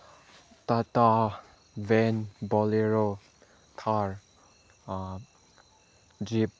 Tata van Bolero Thar jeep